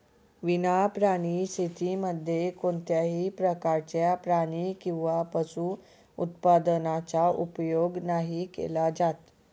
विना प्राणी शेतीमध्ये कोणत्याही प्रकारच्या प्राणी किंवा पशु उत्पादनाचा उपयोग नाही केला जात